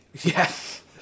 Yes